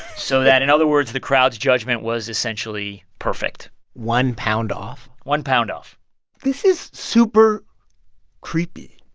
so that in other words, the crowd's judgment was, essentially, perfect one pound off? one pound off this is super creepy,